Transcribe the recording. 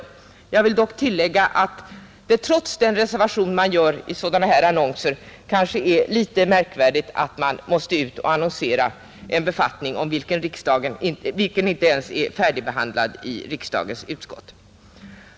Emellertid vill jag tillägga att det trots den reservation man gör i sådana här annonser är litet märkvärdigt att man kan utannonsera en befattning, som inte ens är färdigbehandlad i riksdagens utskott.